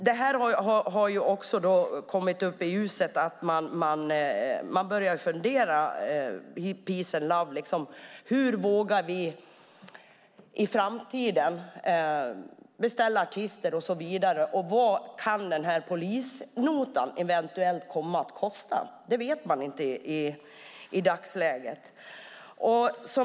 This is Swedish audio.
Det har kommit fram i ljuset att arrangörerna av Peace & Love funderar över om de vågar beställa artister i framtiden och vad polisnotan ska bli. Det vet de inte i dagsläget.